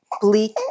bleak